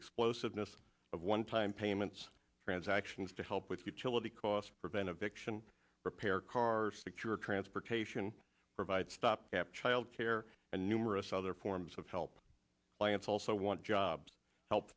explosiveness of onetime payments transactions to help with utility cost preventive action repair car secure transportation provide stopgap childcare and numerous other forms of help clients also want jobs help